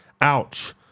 Ouch